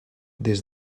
des